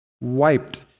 wiped